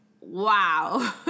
wow